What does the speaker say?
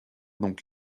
donc